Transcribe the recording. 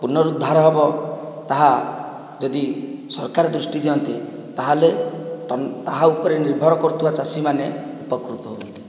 ପୁନରୁଦ୍ଧାର ହେବ ତାହା ଯଦି ସରକାର ଦୃଷ୍ଟି ଦିଅନ୍ତେ ତାହେଲେ ତା ଉପରେ ନିର୍ଭର କରୁଥିବା ଚାଷୀମାନେ ଉପକୃତ ହୁଅନ୍ତେ